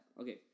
okay